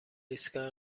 ایستگاه